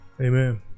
amen